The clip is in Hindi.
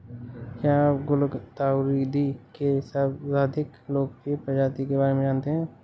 क्या आप गुलदाउदी के सर्वाधिक लोकप्रिय प्रजाति के बारे में जानते हैं?